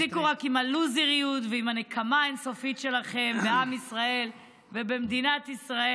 תפסיקו עם הלוזריות ועם הנקמה האין-סופית שלכם בעם ישראל ובמדינת ישראל.